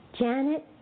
Janet